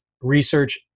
Research